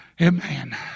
Amen